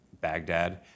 Baghdad